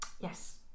Yes